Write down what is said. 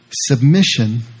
Submission